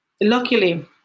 luckily